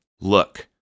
look